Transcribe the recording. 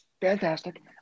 Fantastic